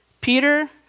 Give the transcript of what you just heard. Peter